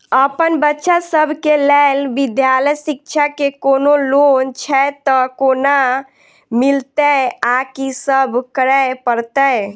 अप्पन बच्चा सब केँ लैल विधालय शिक्षा केँ कोनों लोन छैय तऽ कोना मिलतय आ की सब करै पड़तय